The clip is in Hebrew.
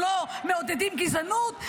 שאנחנו לא מעודדים גזענות,